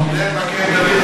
מגן-דוד-אדום,